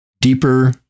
deeper